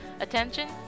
Attention